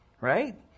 Right